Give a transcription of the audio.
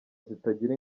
zitagira